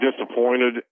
disappointed